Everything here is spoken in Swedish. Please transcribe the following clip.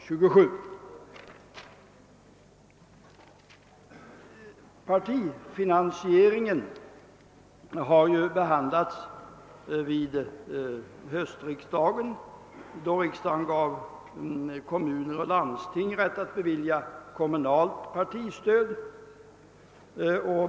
| Frågan om partifinansieringen behandlades under höstriksdagen. Kommuner och landsting medgavs då rätt att bevilja kommunalt partistöd.